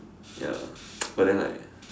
ya but then like